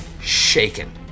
Shaken